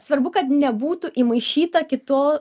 svarbu kad nebūtų įmaišyta kito